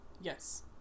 Yes